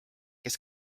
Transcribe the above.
kes